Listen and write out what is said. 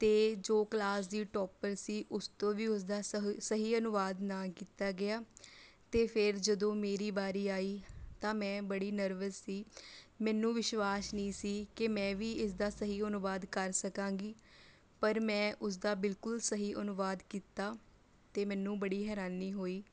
ਅਤੇ ਜੋ ਕਲਾਸ ਦੀ ਟੋਪਰ ਸੀ ਉਸ ਤੋਂ ਵੀ ਉਸਦਾ ਸਹੀ ਸਹੀ ਅਨੁਵਾਦ ਨਾ ਕੀਤਾ ਗਿਆ ਅਤੇ ਫਿਰ ਜਦੋਂ ਮੇਰੀ ਵਾਰੀ ਆਈ ਤਾਂ ਮੈਂ ਬੜੀ ਨਰਵਸ ਸੀ ਮੈਨੂੰ ਵਿਸ਼ਵਾਸ ਨਹੀਂ ਸੀ ਕਿ ਮੈਂ ਵੀ ਇਸਦਾ ਸਹੀ ਅਨੁਵਾਦ ਕਰ ਸਕਾਂਗੀ ਪਰ ਮੈਂ ਉਸਦਾ ਬਿਲਕੁਲ ਸਹੀ ਅਨੁਵਾਦ ਕੀਤਾ ਅਤੇ ਮੈਨੂੰ ਬੜੀ ਹੈਰਾਨੀ ਹੋਈ